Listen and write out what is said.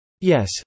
Yes